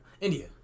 India